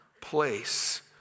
place